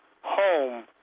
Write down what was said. home